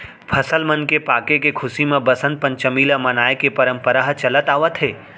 फसल मन के पाके के खुसी म बसंत पंचमी ल मनाए के परंपरा ह चलत आवत हे